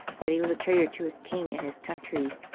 that he was a traitor to his king and his country,